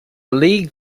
league